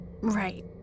Right